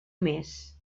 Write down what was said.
més